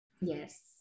yes